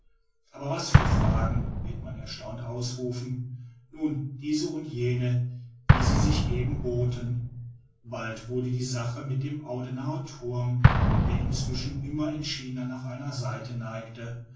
aber was für fragen wird man erstaunt ausrufen nun diese und jene wie sie sich eben boten bald wurde die sache mit dem audenarder thurm der sich inzwischen immer entschiedener nach einer seite neigte